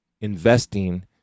investing